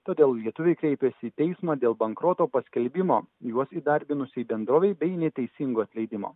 todėl lietuviai kreipėsi į teismą dėl bankroto paskelbimo juos įdarbinusiai bendrovei bei neteisingo atleidimo